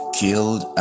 killed